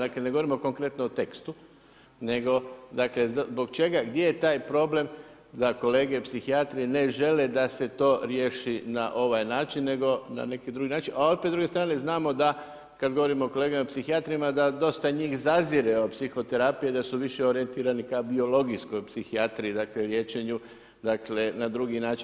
Dakle ne govorimo konkretno o tekstu nego dakle zbog čega, gdje je taj problem da kolege psihijatri ne žele da se to riješi na ovaj način nego na neki drugi način a opet s druge strane znamo da kada govorimo o kolegama psihijatrima da dosta njih zazire od psihoterapije, da su više orijentirani ka biologijskoj psihijatriji, dakle liječenju, dakle na drugi način.